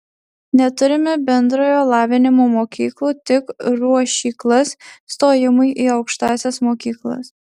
neturime bendrojo lavinimo mokyklų tik ruošyklas stojimui į aukštąsias mokyklas